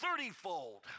thirtyfold